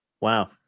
Wow